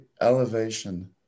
elevation